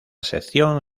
sección